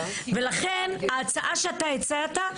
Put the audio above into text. ולכן ההצעה שאתה הצעת,